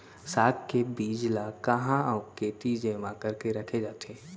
साग के बीज ला कहाँ अऊ केती जेमा करके रखे जाथे?